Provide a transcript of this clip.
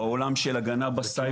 בעולם של הגנה בסייבר.